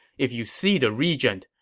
if you see the regent,